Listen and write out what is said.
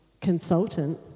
consultant